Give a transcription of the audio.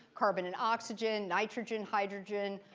carbon and oxygen, nitrogen, hydrogen,